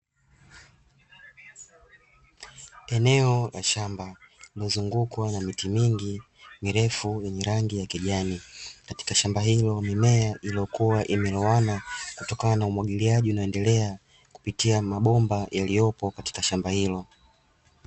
Eneo la shamba lililozungukwa na miti mingi mirefu yenye rangi ya kijani, katika shamba hilo mimea imekua imeoana kutokana na umwagiliaji unaoendelea kupitia mabomba yaliyopo katika shamba hilo.